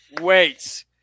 wait